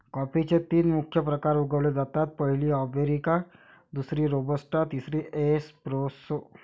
कॉफीचे तीन मुख्य प्रकार उगवले जातात, पहिली अरेबिका, दुसरी रोबस्टा, तिसरी एस्प्रेसो